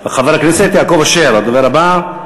חבר הכנסת יעקב אשר, הדובר הבא,